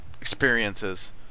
experiences